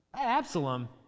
Absalom